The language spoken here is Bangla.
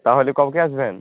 তাহলে কবে আসবেন